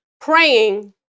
praying